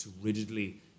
rigidly